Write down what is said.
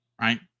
right